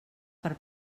per